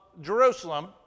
Jerusalem